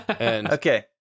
Okay